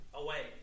away